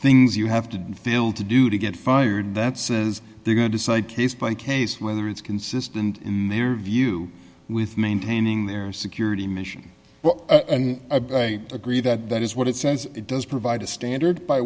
things you have to fail to do to get fired that says they're going to cite case by case whether it's consistent in their view with maintaining their security mission well i agree that that is what it says it does provide a standard by